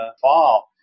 fall